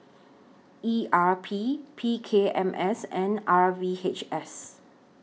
E R P P K M S and R V H S